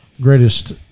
greatest